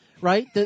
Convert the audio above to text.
right